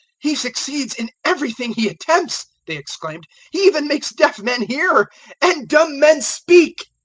he succeeds in everything he attempts, they exclaimed he even makes deaf men hear and dumb men speak!